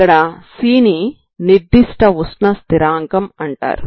ఇక్కడ C ని నిర్దిష్ట ఉష్ణ స్థిరాంకం అంటారు